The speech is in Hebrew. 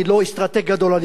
אסטרטג גדול אני לא,